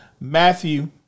Matthew